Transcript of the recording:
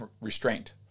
restraint